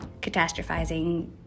catastrophizing